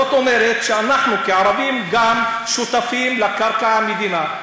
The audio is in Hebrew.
זאת אומרת שגם אנחנו כערבים שותפים לקרקע המדינה,